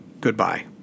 Goodbye